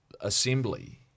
assembly